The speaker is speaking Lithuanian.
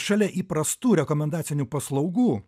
šalia įprastų rekomendacinių paslaugų